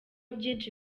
byinshi